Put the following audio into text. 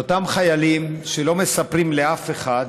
ואותם חיילים, שלא מספרים לאף אחד,